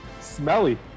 Smelly